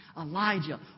Elijah